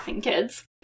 kids